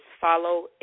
Follow